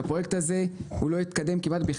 כשהפרויקט הזה כמעט בכלל לא התקדם.